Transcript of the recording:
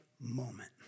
moment